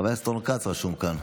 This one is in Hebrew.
חבר הכנסת רון כץ רשום כאן,